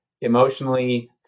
emotionally